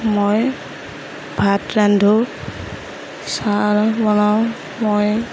মই ভাত ৰান্ধোঁ চাহ বনাওঁ মই